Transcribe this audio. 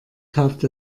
kauft